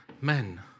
Men